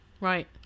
Right